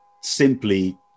simply